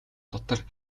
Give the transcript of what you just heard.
дотор